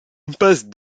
impasse